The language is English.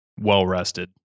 well-rested